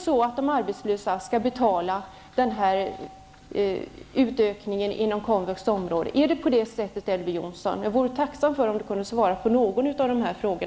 Skall de arbetslösa betala en utökning inom komvux? Är det på det sättet, Elver Jonsson? Jag vore tacksam om han kunde svara på någon av dessa frågor.